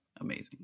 amazing